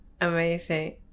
Amazing